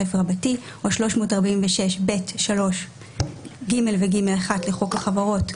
או 346(ב)(3),(ג) ו-(ג1) לחוק החברות,